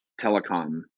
telecom